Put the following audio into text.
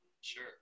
sure